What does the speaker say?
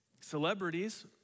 Celebrities